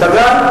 שאגאל.